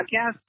podcast